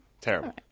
Terrible